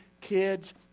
kids